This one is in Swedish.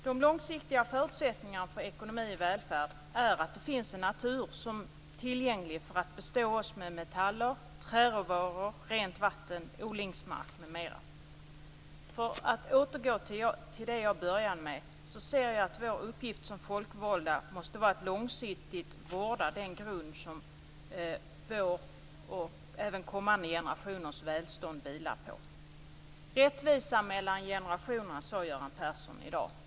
De långsiktiga förutsättningarna för ekonomi och välfärd är att det finns en natur tillgänglig för att bestå oss med metaller, träråvaror, rent vatten, odlingsmark m.m. För att återgå till det jag började med, ser jag att vår uppgift som folkvalda måste vara att långsiktigt vårda den grund som vårt och kommande generationers välstånd vilar på. Rättvisa mellan generationer, sade Göran Persson i dag.